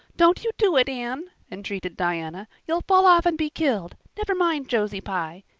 don't you do it, anne, entreated diana. you'll fall off and be killed. never mind josie pye.